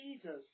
Jesus